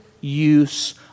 use